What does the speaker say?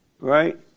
Right